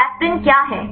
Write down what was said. aspirin क्या है